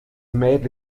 mädel